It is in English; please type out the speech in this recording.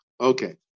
Okay